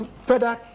further